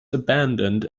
abandoned